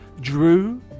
Drew